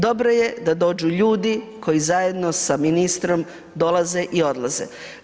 Dobro je da dođu ljudi, koji zajedno sa ministrom dolaze i odlaze.